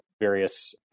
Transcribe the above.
various